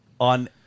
On